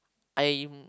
I'm